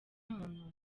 muntu